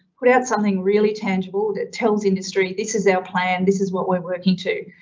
put out something really tangible that tells industry this is our plan, this is what we're working to.